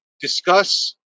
discuss